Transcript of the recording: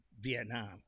Vietnam